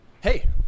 Hey